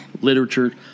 Literature